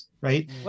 right